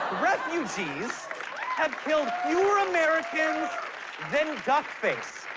refugees have killed fewer americans than duckface.